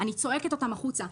אני צועקת אותן החוצה.